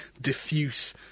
diffuse